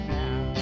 now